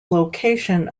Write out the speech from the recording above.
location